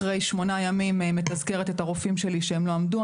אחרי שמונה ימים מתזכרת את הרופאים שלי שהם לא עמדו,